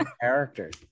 Characters